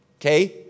Okay